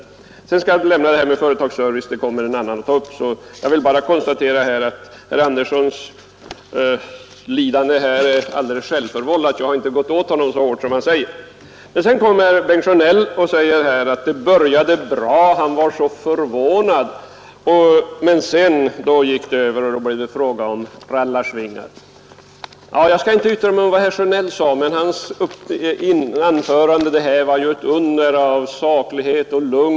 Det här med företagsservice skall jag lämna utan kommentar, eftersom en annan talare kommer att ta upp den saken. Jag vill bara konstatera att herr Anderssons lidande är alldeles självförvållat. Jag har inte gått så hårt åt honom som han säger. Så kom Bengt Sjönell och sade att jag började bra — han var så förvånad — men sedan blev det fråga om rallarsvingar. Om herr Sjönells anförande vill jag säga att det var ett under av saklighet och lugn!